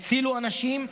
הצילו אנשים,